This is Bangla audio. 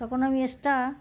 তখন আমি এক্সট্রা